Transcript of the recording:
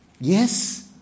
Yes